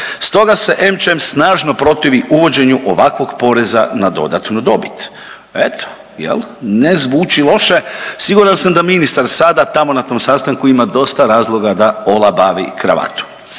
„Stoga se Amcham snažno protivi uvođenju ovakvog poreza na dodatnu dobit.“. Eto jel' ne zvuči loše. Siguran sam da ministar sada tamo na tom sastanku ima dosta razloga da olabavi kravatu.